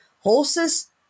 horses